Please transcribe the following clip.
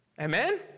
Amen